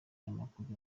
amakuru